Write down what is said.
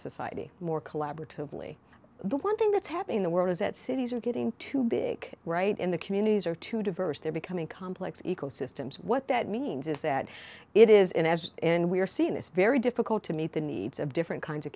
society more collaboratively the one thing that's happening in the world is that cities are getting too big right in the communities are too diverse they're becoming complex ecosystems what that means is that it isn't as and we are seeing this very difficult to meet the needs of different kinds of